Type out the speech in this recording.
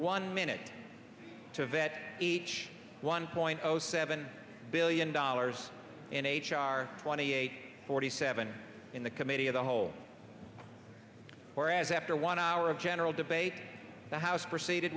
one minute to vet each one point zero seven billion dollars in h r twenty eight forty seven in the committee of the whole whereas after one hour of general debate the house proceeded